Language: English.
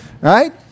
right